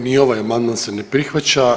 Ni ovaj amandman se ne prihvaća.